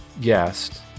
guest